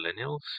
millennials